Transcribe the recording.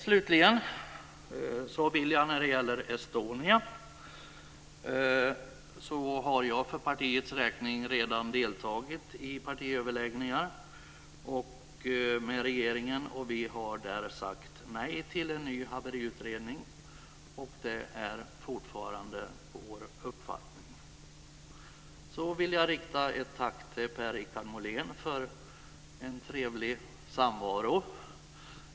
Slutligen till frågan om Estonia. Jag har för partiets räkning redan deltagit i partiöverläggningar med regeringen, och vi har där sagt nej till en ny haveriutredning. Det är fortfarande vår uppfattning. Så vill jag rikta ett tack till Per-Richard Molén för en trevlig samvaro.